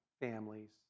families